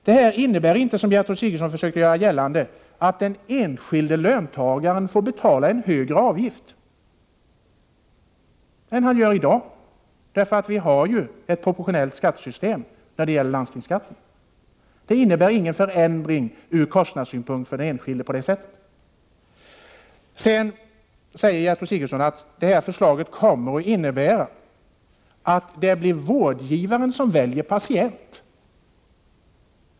Detta innebär inte, som Gertrud Sigurdsen försökte göra gällande, att den enskilde löntagaren får betala en högre avgift än han gör i dag. Vi har ju ett proportionellt skattesystem när det gäller landstingsskatten. På det sättet innebär det ingen förändring för den enskilde ur kostnadssynpunkt. Sedan sade Gertrud Sigurdsen att vårt förslag kommer att innebära att det blir vårdgivaren som väljer patient.